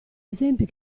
esempi